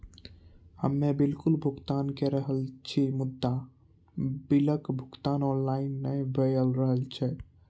हम्मे बिलक भुगतान के रहल छी मुदा, बिलक भुगतान ऑनलाइन नै भऽ रहल छै?